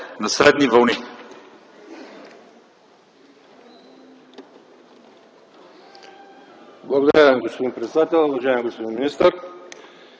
на средни вълни.